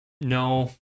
No